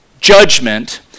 judgment